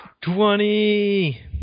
Twenty